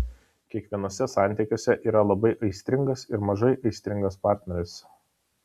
kiekvienuose santykiuose yra labai aistringas ir mažai aistringas partneris